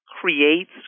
creates